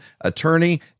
attorney